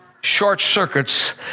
short-circuits